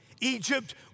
Egypt